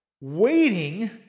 waiting